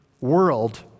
world